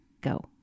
go